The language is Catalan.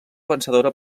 vencedora